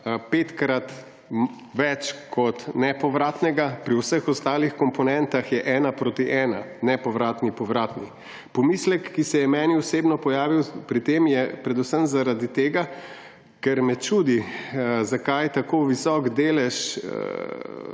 petkrat več kot nepovratnega, pri vseh ostalih komponentah je ena proti ena, nepovratni–povratni. Pomislek, ki se je meni osebno pojavil pri tem, je predvsem zaradi tega, ker me čudi, zakaj tako visok delež